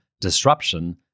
disruption